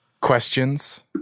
questions